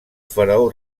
faraó